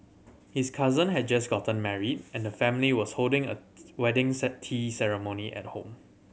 his cousin had just gotten married and the family was holding a wedding tea ceremony at home